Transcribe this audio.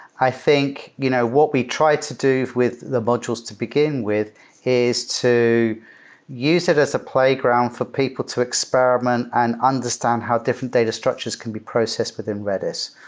i think you know what we try to do with the modules to begin with is to use it as a playground for people to experiment and understand how different data structures can be processed within redis.